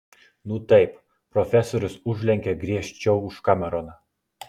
nu taip profesorius užlenkė griežčiau už kameroną